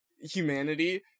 humanity